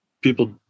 people